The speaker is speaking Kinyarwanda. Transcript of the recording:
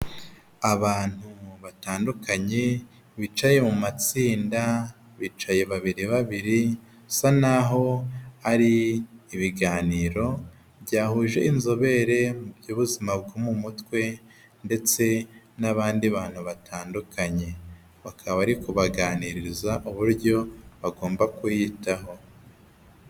Abantu batandukanye bicaye mu matsinda bicaye babiri babiri basa n'aho hari ibiganiro byahuje inzobere mu by'ubuzima bwo mu mutwe ndetse n'abandi bantu batandukanye, bakaba bari kubaganiriza uburyo bagomba kuyitaho.